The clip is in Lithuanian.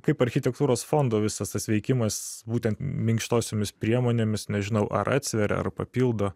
kaip architektūros fondo visas tas veikimas būtent minkštosiomis priemonėmis nežinau ar atsveria ar papildo